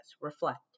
Reflect